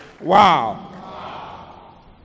wow